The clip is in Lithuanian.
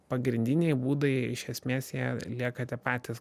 pagrindiniai būdai iš esmės jei liekate patys